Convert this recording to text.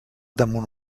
damunt